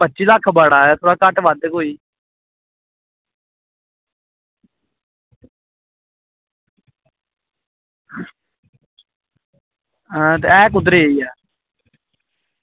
पच्ची लक्ख बड़ा ऐ घट्ट बध्द कोई हां ते है कुध्दर जेह् ऐ